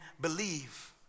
believe